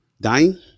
dying